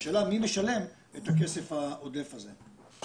והשאלה מי משלם את הכסף העודף הזה.